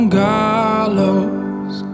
gallows